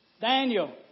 Daniel